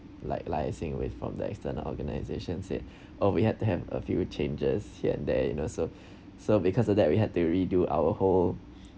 like like I saying with from the external organisation said oh we had to have a few changes here and there you know so so because of that we had to redo our whole